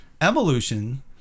evolution